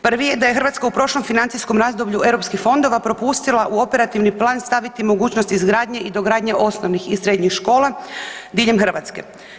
Prvi je da je Hrvatska u prošlom financijskom razdoblju europskih fondova propustila u operativni plan staviti mogućnost izgradnje i dogradnje osnovnih i srednjih škola diljem Hrvatske.